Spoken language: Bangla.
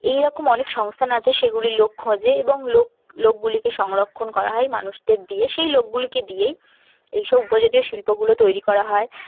এইরকম অনেক সংস্থান আছে সেগুলি লক্ষ্য যে এবং লোক লোকগুলিকে সংরক্ষণ করা হয় মানুষদের দিয়ে সেই লোকগুলিকে দিয়েই এইসব উপজাতীয় শিল্পগুলো তৈরি করা হয়